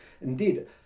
Indeed